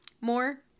more